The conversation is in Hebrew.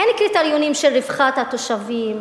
אין קריטריונים של רווחת התושבים,